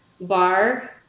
bar